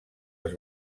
els